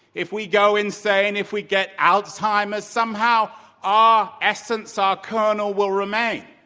if we go insane, if we get alzheimer's, somehow our essence, our kernel will remain.